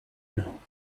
know